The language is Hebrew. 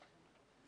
בבקשה?